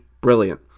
brilliant